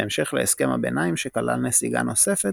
בהמשך להסכם הביניים שכלל נסיגה נוספת